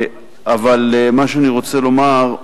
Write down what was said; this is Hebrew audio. אבל מה שאני רוצה לומר,